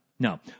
No